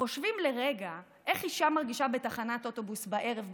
חושבים לרגע איך אישה מרגישה בתחנת אוטובוס בערב בחשכה.